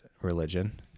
religion